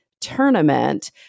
tournament